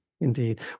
Indeed